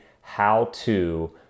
how-to